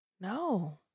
no